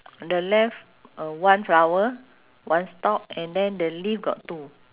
the left uh one flower one stalk and then the leaf got two